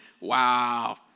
Wow